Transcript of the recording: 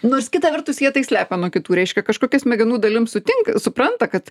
nors kita vertus jie tai slepia nuo kitų reiškia kažkokia smegenų dalim sutinka supranta kad